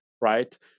right